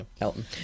Elton